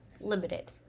limited